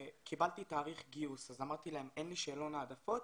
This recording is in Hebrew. קיבלתי תאריך גיוס אז אמרתי להם: אין לי שאלון העדפות,